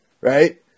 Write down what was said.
right